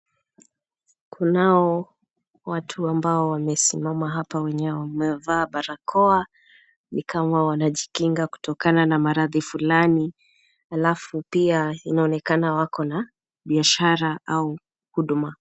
Kunao watu ambao wamesimama hapa wenye wamevaa barakoa ni kama wanajikinga kutokana na maradhi fulani. Halafu pia inaonekana wako na biashara au huduma.